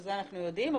שזה אנחנו יודעים,